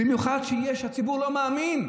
במיוחד שהציבור לא מאמין,